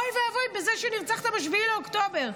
אוי ואבוי, בזה שנרצחת ב-7 באוקטובר.